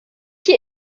hier